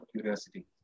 curiosity